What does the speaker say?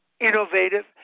innovative